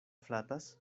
flatas